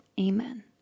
Amen